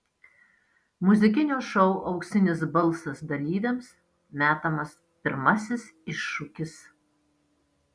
muzikinio šou auksinis balsas dalyviams metamas pirmasis iššūkis